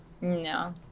no